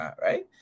right